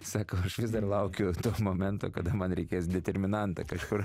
sako aš vis dar laukiu to momento kada man reikės determinantą kažkur